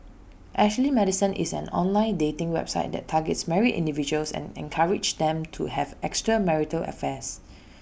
Ashley Madison is an online dating website that targets married individuals and encourages them to have extramarital affairs